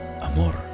amor